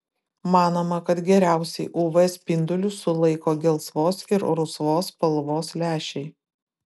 manoma kad geriausiai uv spindulius sulaiko gelsvos ir rusvos spalvos lęšiai